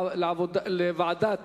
תועבר לוועדת